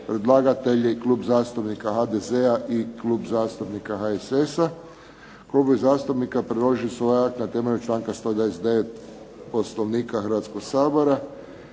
Predlagatelji: Klub zastupnika HDZ-a, Klub zastupnika HSS-a Klubovi zastupnika predložili su ovaj akt na temelju članka 129. Poslovnika Hrvatskog sabora.